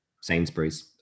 Sainsbury's